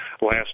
last